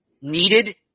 needed